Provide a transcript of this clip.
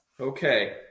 Okay